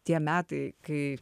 tie metai kai